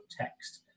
text